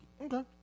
Okay